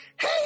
Hey